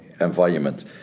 environment